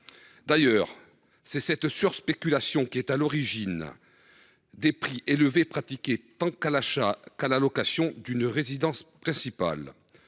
d’ailleurs cette surspéculation qui est à l’origine des prix élevés pratiqués tant à l’achat qu’à la location d’une habitation principale.